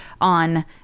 on